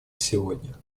сегодня